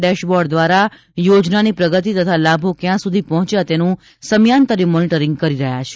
dash board દ્વારા યોજનાઓની પ્રગતિ તથા લાભો ક્યાં સુધી પહોંચ્યા તેનું સમયાંતરે મોનીટરીંગ કરી રહ્યા છે